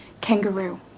kangaroo